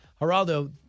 Geraldo